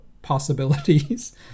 possibilities